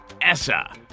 Essa